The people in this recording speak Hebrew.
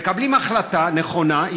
מקבלים החלטה נכונה,